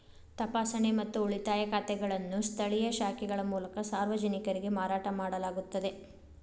ತಪಾಸಣೆ ಮತ್ತು ಉಳಿತಾಯ ಖಾತೆಗಳನ್ನು ಸ್ಥಳೇಯ ಶಾಖೆಗಳ ಮೂಲಕ ಸಾರ್ವಜನಿಕರಿಗೆ ಮಾರಾಟ ಮಾಡಲಾಗುತ್ತದ